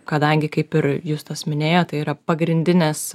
kadangi kaip ir justas minėjo tai yra pagrindinis